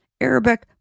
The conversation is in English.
Arabic